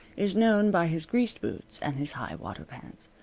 is known by his greased boots and his high-water pants.